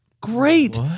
great